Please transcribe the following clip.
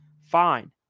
fine